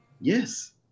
Yes